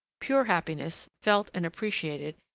pure happiness, felt and appreciated,